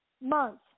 month